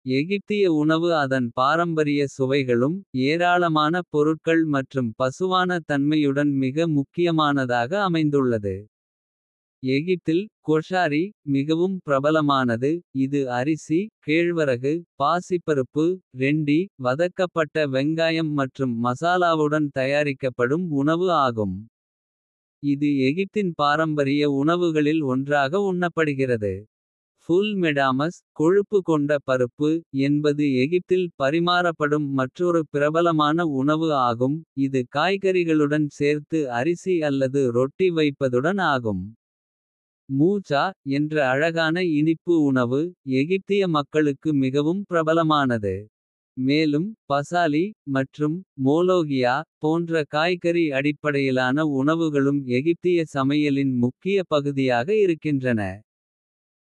எகிப்திய உணவு அதன் பாரம்பரிய சுவைகளும். ஏராளமான பொருட்கள் மற்றும் பசுவான தன்மையுடன். மிக முக்கியமானதாக அமைந்துள்ளது எகிப்தில் கொஷாரி. மிகவும் பிரபலமானது இது அரிசி கேழ்வரகு பாசிப்பருப்பு. ரெண்டி வதக்கப்பட்ட வெங்காயம் மற்றும் மசாலாவுடன். தயாரிக்கப்படும் உணவு ஆகும் இது எகிப்தின் பாரம்பரிய. உணவுகளில் ஒன்றாக உண்ணப்படுகிறது ஃபுல் மெடாமஸ். கொழுப்பு கொண்ட பருப்பு என்பது எகிப்தில் பரிமாறப்படும். மற்றொரு பிரபலமான உணவு ஆகும் இது காய்கறிகளுடன். சேர்த்து அரிசி அல்லது ரொட்டி வைப்பதுடன் ஆகும் மூசா. என்ற அழகான இனிப்பு உணவு எகிப்திய மக்களுக்கு. மிகவும் பிரபலமானது மேலும் பசாலி மற்றும். மோலோகியா போன்ற காய்கறி அடிப்படையிலான. உணவுகளும் எகிப்திய சமையலின் முக்கிய பகுதியாக இருக்கின்றன.